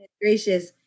gracious